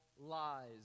lies